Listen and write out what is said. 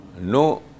No